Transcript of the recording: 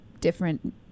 different